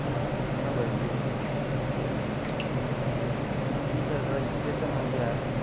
جی sir جی sir نو بجے سے جی جی جی سر رجسٹریشن ہو گیا ہے